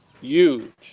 huge